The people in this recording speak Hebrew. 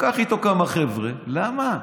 לקח איתו כמה חבר'ה, למה?